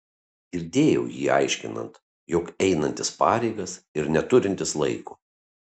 girdėjau jį aiškinant jog einantis pareigas ir neturintis laiko